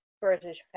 British